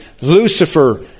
lucifer